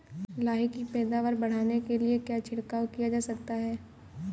लाही की पैदावार बढ़ाने के लिए क्या छिड़काव किया जा सकता है?